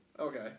Okay